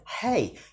hey